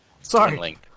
Sorry